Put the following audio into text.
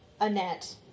Annette